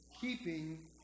keeping